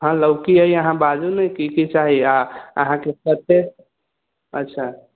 हँ लौकी अछि अहाँ बाजू ने की की चाही आ अहाँकेँ कते अच्छा